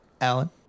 Alan